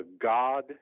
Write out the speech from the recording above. God